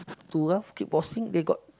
too rough kick boxing they got